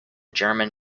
german